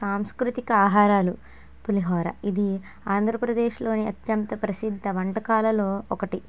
సాంస్కృతిక ఆహారాలు పులిహొరా ఇది ఆంధ్రప్రదేశ్లోని అత్యంత ప్రసిద్ధ వంటకాలలో ఒకటి